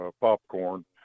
popcorn